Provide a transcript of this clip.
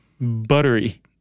Buttery